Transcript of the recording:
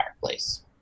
fireplace